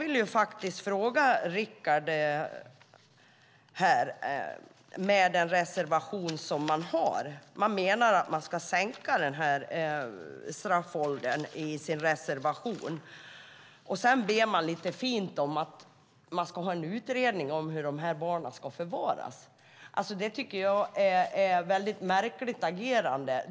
Nu har man en reservation om att sänka straffåldern, och sedan ber man lite fint om en utredning om hur de barnen ska förvaras. Det är ett mycket märkligt agerande.